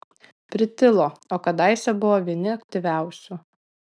pritilo o kadaise buvo vieni aktyviausių